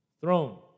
throne